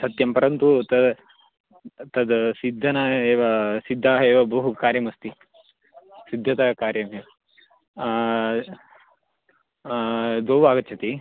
सत्यं परन्तु त तद् सिद्धता एव सिद्धाः एव बहु कार्यमस्ति सिद्धता कार्यमेव द्वौ आगच्छति